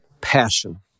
passion